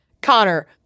Connor